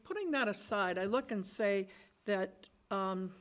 putting that aside i look and say that